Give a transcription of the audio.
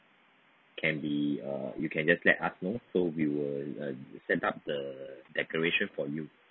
can be uh you can just let us know so we will uh set up the decoration for you